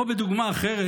או בדוגמה אחרת,